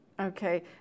Okay